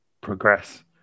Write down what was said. progress